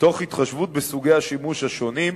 מתוך התחשבות בסוגי השימוש השונים,